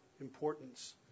importance